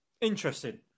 Interesting